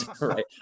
right